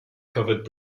covered